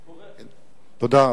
קורה, תודה.